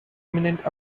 imminent